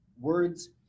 words